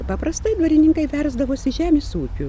paprastai dvarininkai versdavosi žemės ūkiu